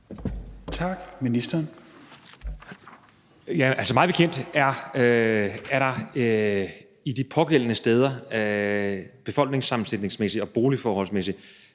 (Magnus Heunicke): Mig bekendt er der de pågældende steder befolkningssammensætningsmæssigt og boligforholdsmæssigt